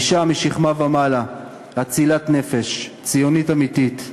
אישה משכמה ומעלה, אצילת נפש, ציונית אמיתית.